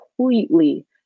completely